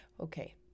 Okay